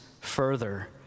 further